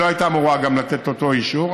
לא הייתה גם אמורה לתת את אותו אישור.